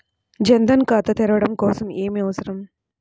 జన్ ధన్ ఖాతా తెరవడం కోసం ఏమి అవసరం?